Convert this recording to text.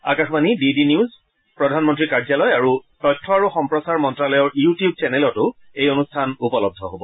Akashvani D D news প্ৰাধনমন্ত্ৰীৰ কাৰ্যালয় আৰু তথ্য আৰু সম্প্ৰচাৰ মন্তালয়ৰ ইউটিউব চেনেলতো এই অনুষ্ঠান উপলব্ধ হ'ব